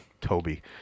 Toby